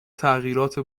تغییرات